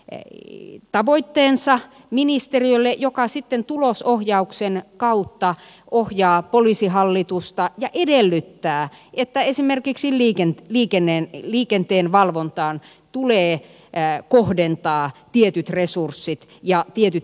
omat tavoitteensa ministeriölle joka sitten tulosohjauksen kautta ohjaa poliisihallitusta ja edellyttää että esimerkiksi liikenteenvalvontaan tulee kohdentaa tietyt resurssit ja tietyt henkilötyövuodet